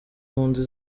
mpunzi